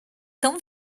tão